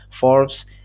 Forbes